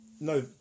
no